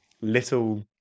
little